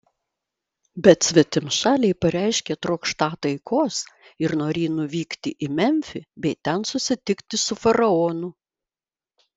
bet svetimšaliai pareiškė trokštą taikos ir norį nuvykti į memfį bei ten susitikti su faraonu